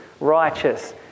righteous